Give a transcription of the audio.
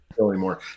anymore